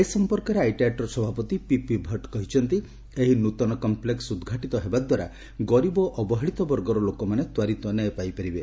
ଏ ସମ୍ପର୍କରେ ଆଇଟ୍ୟାଟ୍ର ସଭାପତି ପିପି ଭଟ୍ଟ କହିଛନ୍ତି ଏହି ନୂତନ କମ୍ମେକ୍ସ ଉଦ୍ଘାଟିତ ହେବା ଦ୍ୱାରା ଗରିବ ଓ ଅବହେଳିତ ବର୍ଗର ଲୋକମାନେ ତ୍ୱରିତ ନ୍ୟାୟ ପାଇପାରିବେ